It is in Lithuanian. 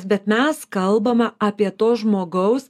bet mes kalbame apie tuos žmogaus